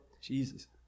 Jesus